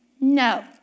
No